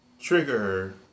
trigger